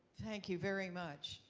thank you very much.